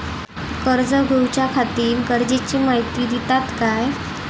कर्ज घेऊच्याखाती गरजेची माहिती दितात काय?